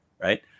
right